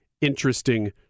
interesting